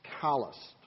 calloused